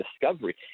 Discovery